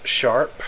sharp